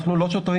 אנחנו לא שוטרים.